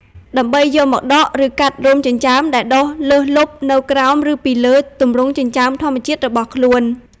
ដើម្បីយកមកដក ឬកាត់រោមចិញ្ចើមដែលដុះលើសលប់នៅក្រោម ឬពីលើទម្រង់ចិញ្ចើមធម្មជាតិរបស់ខ្លួន។